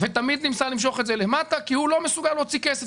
ותמיד ניסה למשוך את זה למטה כי הוא לא מסוגל להוציא כסף,